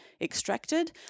extracted